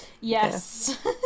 Yes